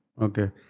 Okay